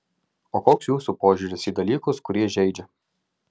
o koks jūsų požiūris į dalykus kurie žeidžia